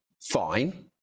fine